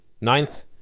Ninth